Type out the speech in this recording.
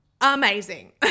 amazing